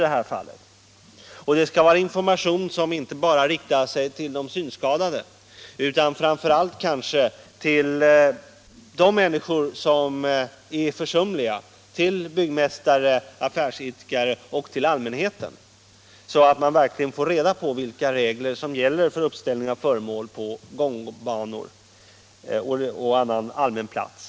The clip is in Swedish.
Det skall vara information som inte bara vänder sig till de synskadade utan kanske framför allt till de människor som är försumliga, till byggmästare, affärsidkare och allmänheten, så att man verkligen får reda på vilka regler som gäller för uppställning av föremål på gångbanor och annan allmän plats.